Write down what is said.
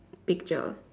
picture